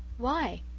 why?